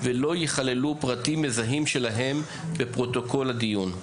ולא ייכללו פרטים מזהים שלהם בפרוטוקול הדיון.